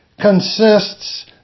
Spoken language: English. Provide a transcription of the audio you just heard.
consists